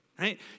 right